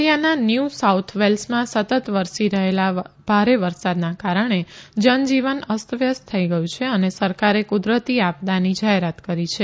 લિયાના New સાઉથવેલ્સમાં સતત વરસી રહેલા ભારે વરસાદના કારણે જનજીવન અસ્તવ્યસ્ત થઇ ગયું છે અને સરકારે કુદરતી આપદાની જાહેરત કરી છે